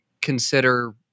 consider